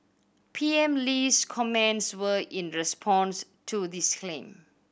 P M Lee's comments were in response to this claim